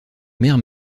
mère